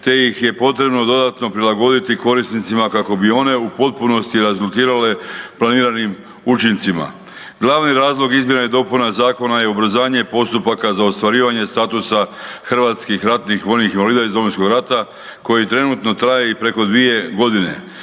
te ih je potrebno dodatno prilagoditi korisnicima kako bi one u potpunosti rezultirale planiranim učincima. Glavni razlog izmjena i dopuna zakona je ubrzanje postupaka za ostvarivanje statusa HRVI iz Domovinskog rata koji trenutno traje i preko dvije godine,